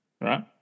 right